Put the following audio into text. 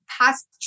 past